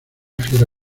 fiera